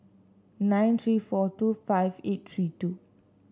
nine three four two five eight three two